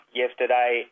yesterday